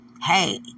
hey